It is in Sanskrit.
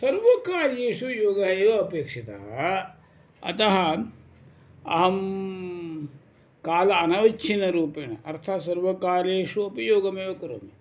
सर्वकार्येषु योगः एव अपेक्षितः अतः अहं काल अनविचिनरूपेण अर्थात् सर्वकारेषु अपि योगमेव करोमि